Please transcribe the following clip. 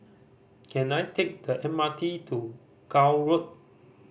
can I take the M R T to Gul Road